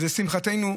לשמחתנו,